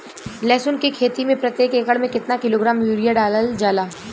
लहसुन के खेती में प्रतेक एकड़ में केतना किलोग्राम यूरिया डालल जाला?